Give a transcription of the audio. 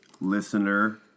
listener